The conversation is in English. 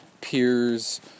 peers